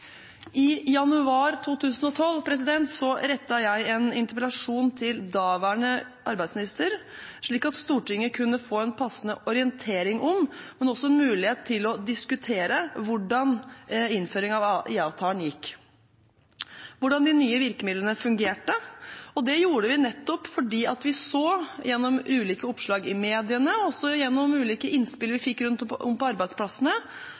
I januar 2012 rettet jeg en interpellasjon til daværende arbeidsminister, slik at Stortinget kunne få en passende orientering om, men også en mulighet til å diskutere hvordan innføringen av IA-avtalen gikk, hvordan de nye virkemidlene fungerte. Det gjorde vi nettopp fordi vi så – gjennom ulike oppslag i mediene og også gjennom ulike innspill vi fikk rundt om på arbeidsplassene